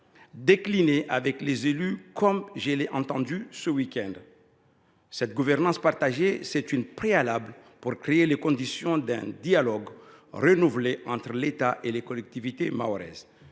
décliné » avec les élus, comme je l’ai entendu dire ce week end. Une telle gouvernance partagée est un préalable pour créer les conditions d’un dialogue renouvelé entre l’État et les collectivités mahoraises.